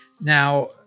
Now